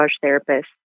therapist